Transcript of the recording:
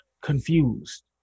confused